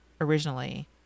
originally